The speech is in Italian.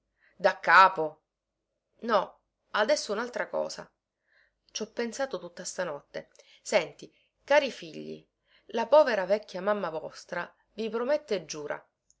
figli daccapo no adesso unaltra cosa ci ho pensato tutta stanotte senti cari figli la povera vecchia mamma vostra vi promette e giura